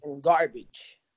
garbage